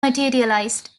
materialised